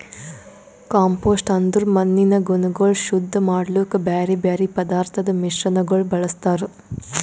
compost ಅಂದುರ್ ಮಣ್ಣಿನ ಗುಣಗೊಳ್ ಶುದ್ಧ ಮಾಡ್ಲುಕ್ ಬ್ಯಾರೆ ಬ್ಯಾರೆ ಪದಾರ್ಥದ್ ಮಿಶ್ರಣಗೊಳ್ ಬಳ್ಸತಾರ್